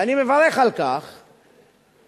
ואני מברך על כך שבהחלט,